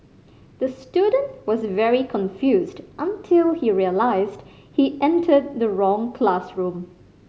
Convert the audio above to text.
the student was very confused until he realised he entered the wrong classroom